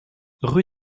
rue